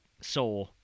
Saw